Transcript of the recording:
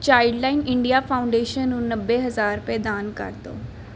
Childline India foundation ਨੂੰ ਨੱਬੇ ਹਜ਼ਾਰ ਰੁਪਏ ਦਾਨ ਕਰ ਦਿਉ